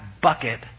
bucket